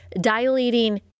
dilating